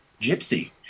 Gypsy